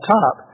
top